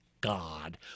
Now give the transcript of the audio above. God